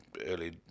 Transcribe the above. early